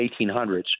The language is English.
1800s